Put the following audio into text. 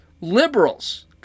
liberals